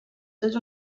tots